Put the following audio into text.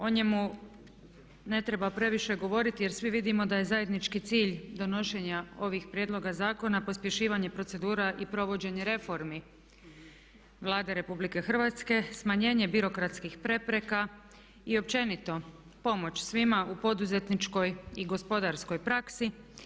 O njemu ne treba previše govoriti jer svi vidimo da je zajednički cilj donošenja ovih prijedloga zakona pospješivanje procedura i provođenje reformi Vlade Republike Hrvatske, smanjenje birokratskih prepreka i općenito pomoć svima u poduzetničkoj i gospodarskoj praksi.